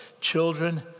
children